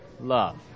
love